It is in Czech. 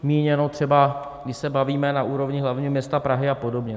Míněno třeba když se bavíme na úrovni hlavního města Prahy a podobně.